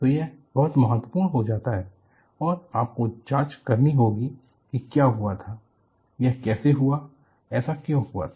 तो यह बहुत महत्वपूर्ण हो जाता है और आपको जांच करनी होगी कि क्या हुआ था यह कैसे हुआ ऐसा क्यों हुआ था